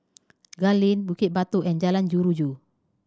Gul Lane Bukit Batok and Jalan Jeruju